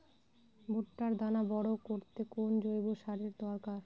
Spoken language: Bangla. ভুট্টার দানা বড় করতে কোন জৈব সারের দরকার?